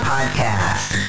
Podcast